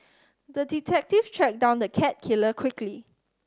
the detective tracked down the cat killer quickly